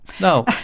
No